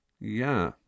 Yeah